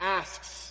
asks